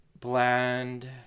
bland